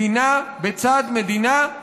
מדינה בצד מדינה,